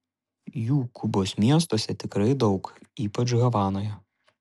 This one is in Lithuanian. jų kubos miestuose tikrai daug ypač havanoje